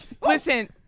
listen